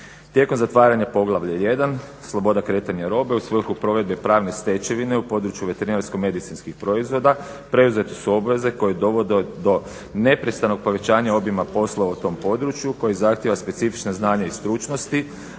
Tijekom zatvaranja poglavlja 1. sloboda kretanja robe u svrhu provedbe pravne stečevine u području veterinarsko-medicinskih proizvoda preuzete su obveze koje dovode do neprestanog povećanja obima poslova u tom području koji zahtijeva specifična znanja i stručnosti,